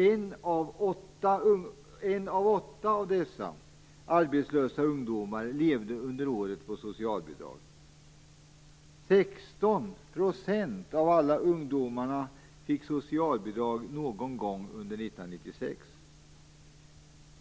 En av åtta av dessa arbetslösa ungdomar levde under året på socialbidrag. 16 % av alla ungdomar fick socialbidrag någon gång under 1996.